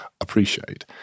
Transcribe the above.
appreciate